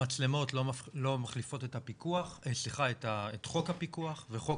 המצלמות לא מחליפות את חוק הפיקוח וחוק